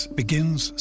begins